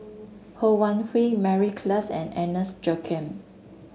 Ho Wan Hui Mary Klass and Agnes Joaquim